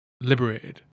liberated